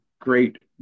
great